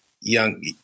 young